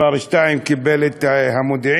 מספר שתיים, קיבל את המודיעין,